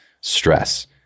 stress